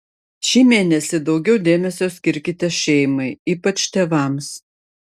šį mėnesį daugiau dėmesio skirkite šeimai ypač tėvams